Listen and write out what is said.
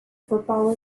football